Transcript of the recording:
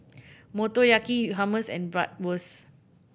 Motoyaki Hummus and Bratwurst